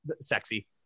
sexy